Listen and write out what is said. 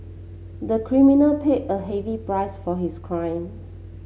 the criminal paid a heavy price for his crime